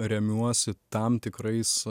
remiuosi tam tikrais